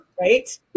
Right